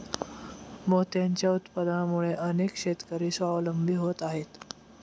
मोत्यांच्या उत्पादनामुळे अनेक शेतकरी स्वावलंबी होत आहेत